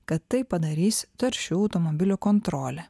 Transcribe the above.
kad tai padarys taršių automobilių kontrolė